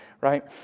right